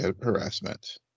harassment